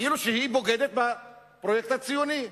כאילו היא בוגדת בפרויקט הציוני.